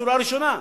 לשורה הראשונה,